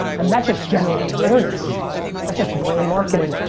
and that's just general awareness. that's just brand marketing.